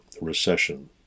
recession